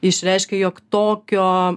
išreiškė jog tokio